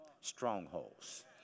strongholds